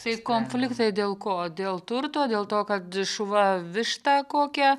tai konfliktas dėl ko dėl turto dėl to kad šuva višta kokią